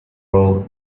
all